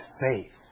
faith